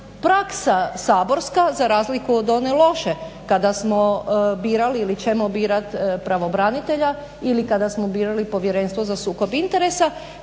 praksa saborska za razliku od one loše kada smo birali ili ćemo birati pravobranitelja ili kada smo birali Povjerenstvo za sukob interesa,